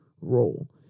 role